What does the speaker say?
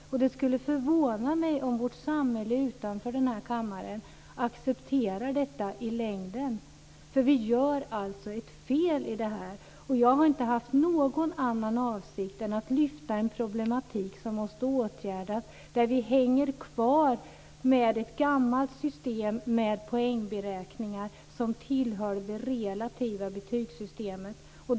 Det skulle förvåna mig om vårt samhälle utanför denna kammare accepterar detta i längden, för vi gör ett fel. Jag har inte haft någon annan avsikt än att lyfta en problematik som måste åtgärdas. Vi hänger kvar vid ett gammalt system med poängberäkningar som tillhör det relativa betygssystemet.